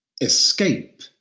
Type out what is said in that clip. Escape